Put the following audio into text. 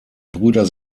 brüder